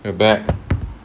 you're back